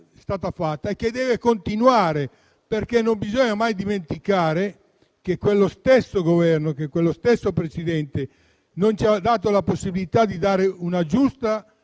portata avanti e che deve continuare, perché non bisogna mai dimenticare che quello stesso Governo e quello stesso Presidente non ci hanno dato la possibilità di dare una giusta